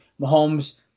Mahomes